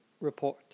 Report